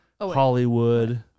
Hollywood